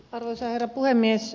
arvoisa herra puhemies